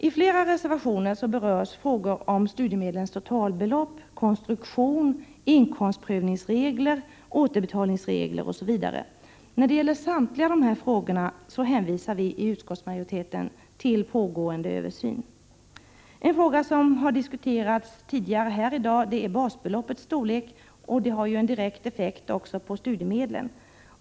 I flera reservationer berörs frågor om studiemedlens totalbelopp, konstruktion, inkomstprövningsregler, återbetalningsregler osv. När det gäller samtliga de här frågorna hänvisar vi i utskottsmajoriteten till pågående översyn. En fråga som diskuterats tidigare här i dag är basbeloppets storlek vilket ju har en direkt effekt också på studiemedlen.